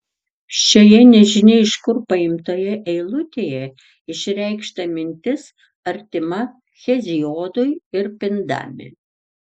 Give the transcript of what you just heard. šioje nežinia iš kur paimtoje eilutėje išreikšta mintis artima heziodui ir pindami